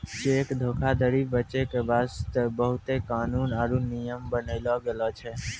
cheque धोखाधरी बचै के बास्ते बहुते कानून आरु नियम बनैलो गेलो छै